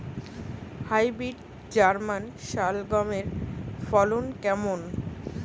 Hybrid German শালগম এর ফলন কেমন?